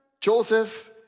Joseph